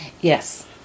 Yes